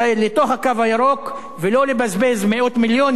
ולא לבזבז מאות מיליונים על שטחים כבושים.